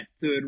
Third